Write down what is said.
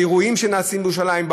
באירועים שנעשים בירושלים,